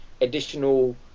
additional